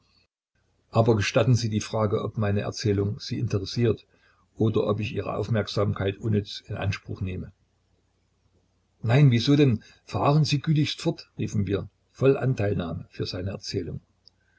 aber gestatten sie die frage ob meine erzählung sie interessiert oder ob ich ihre aufmerksamkeit unnütz in anspruch nehme nein wieso denn fahren sie gütigst fort riefen wir voll anteilnahme für seine erzählung